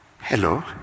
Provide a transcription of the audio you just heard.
Hello